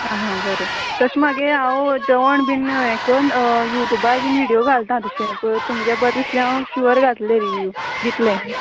आं हां बरें तशें मागें हांव जेवण बीन यें करून युट्यूबार बीन व्हिडीयो घालता तशें तुमगें बरें दिसलें हांव शुवर घातलें रिव्हिव्यू दितलें